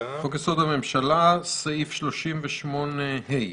בסעיף 38(ה)